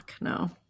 no